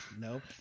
nope